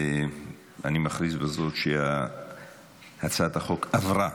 אני מכריז בזאת שהצעת החוק עברה